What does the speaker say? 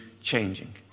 changing